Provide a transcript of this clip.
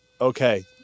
Okay